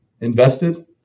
invested